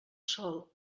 sol